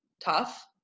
tough